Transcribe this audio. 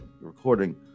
recording